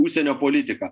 užsienio politiką